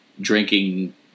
drinking